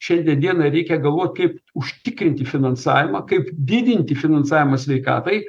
šiandien dieną reikia galvoti kaip užtikrinti finansavimą kaip didinti finansavimą sveikatai